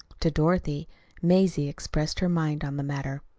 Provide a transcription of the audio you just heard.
to dorothy mazie expressed her mind on the matter.